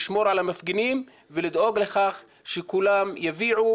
לשמור על המפגינים ולדאוג לכך שכולם יביעו